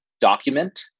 document